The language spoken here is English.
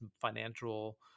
financial